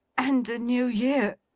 and the new year